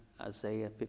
Isaiah